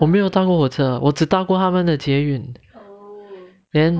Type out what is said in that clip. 我没有搭过火车啊我只搭过他们的捷运